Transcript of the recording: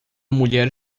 mulher